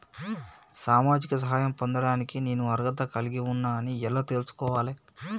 సామాజిక సహాయం పొందడానికి నేను అర్హత కలిగి ఉన్న అని ఎలా తెలుసుకోవాలి?